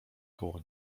koło